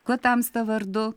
kuo tamsta vardu